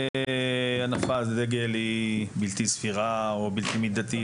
הנפת דגל היא בלתי סבירה או בלתי מידתית,